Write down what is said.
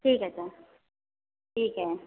ठीक है सर ठीक है